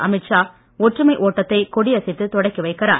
அமீத்ஷா ஒற்றுமை ஓட்டத்தை கொடியசைத்து தொடக்கி வைக்கிறார்